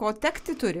ko tekti turi